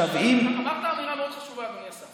אתה אמרת אמירה מאוד חשובה, אדוני השר.